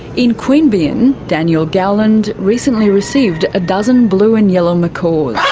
in queanbeyan, daniel gowland recently received a dozen blue and yellow macaws.